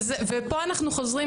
ופה אנחנו חוזרים,